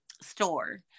store